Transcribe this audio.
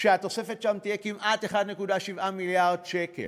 התוספת שם תהיה כמעט 1.7 מיליארד שקל.